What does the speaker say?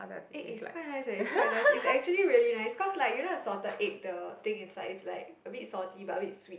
egg it's quite nice eh it's quite nice it's actually really nice cause like you know the salted egg the thing inside is like a bit salty but a bit sweet